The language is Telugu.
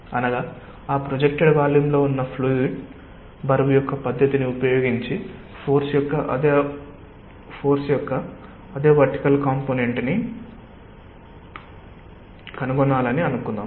అనగా ఆ ప్రొజెక్టెడ్ వాల్యూమ్లో ఉన్న ఫ్లూయిడ్ బరువు యొక్క పద్ధతిని ఉపయోగించి ఫోర్స్ యొక్క అదే వర్టికల్ కాంపొనెంట్ ని కనుగొనాలని అనుకుందాం